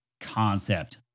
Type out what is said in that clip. concept